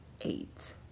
eight